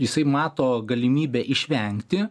jisai mato galimybę išvengti